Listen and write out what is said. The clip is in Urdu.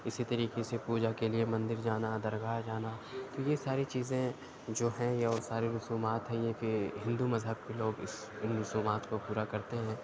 اِسی طریقے سے پوجا کے لیے مندر جانا درگاہ جانا تو یہ ساری چیزیں جو ہیں یہ اور سارے رسومات ہیں یہ کہ ہندو مذہب کے لوگ اِس اِن رسومات کو پورا کرتے ہیں